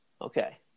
Okay